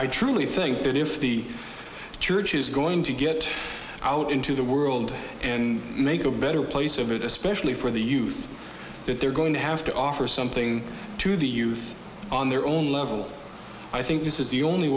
i truly think that if the church is going to get out into the world and make a better place of it especially for the use that they are going to have to offer something to be used on their own level i think this is the only